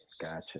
Gotcha